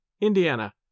Indiana